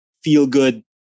feel-good